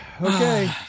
Okay